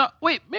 Wait